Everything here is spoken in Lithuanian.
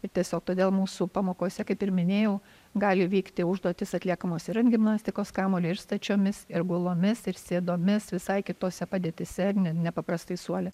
ir tiesiog todėl mūsų pamokose kaip ir minėjau gali vykti užduotys atliekamos ir ant gimnastikos kamuolio ir stačiomis ir gulomis ir sėdomis visai kitose padėtyse ir ne nepaprastai suole